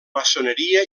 maçoneria